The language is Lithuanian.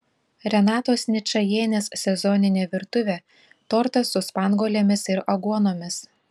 renatos ničajienės sezoninė virtuvė tortas su spanguolėmis ir aguonomis